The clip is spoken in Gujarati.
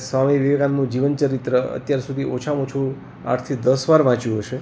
સ્વામી વિવેકાનંદનું જીવન ચરિત્ર અત્યાર સુધી ઓછામાં ઓછું આઠથી દસ વાર વાંચ્યું હશે